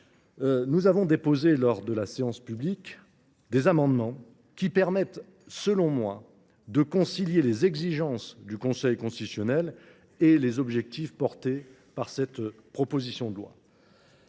nous avons déposé, en vue de la séance publique, des amendements de nature, selon moi, à concilier les exigences du Conseil constitutionnel et les objectifs de cette proposition de loi.